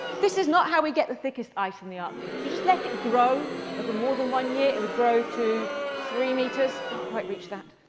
this is not how we get the thickest ice in the arctic. if you just let it grow over more than one year, it would grow to three meters, not quite reach that.